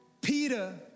Peter